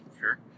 sure